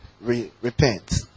repent